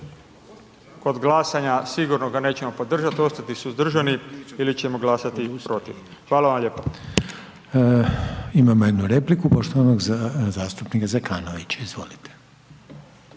kod glasanja, sigurno ga nećemo podržati, ostati suzdržani ili ćemo glasati protiv. Hvala vam lijepa. **Reiner, Željko (HDZ)** Imamo jednu repliku poštovanog zastupnika Zekanovića, izvolite.